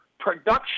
Production